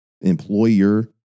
employer